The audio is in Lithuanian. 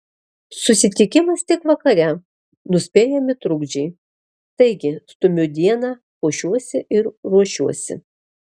susitikimas tik vakare nuspėjami trukdžiai taigi stumiu dieną puošiuosi ir ruošiuosi